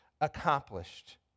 accomplished